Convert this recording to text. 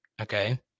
okay